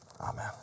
amen